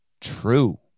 True